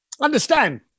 understand